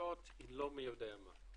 השקעות היא לא מי יודע מה.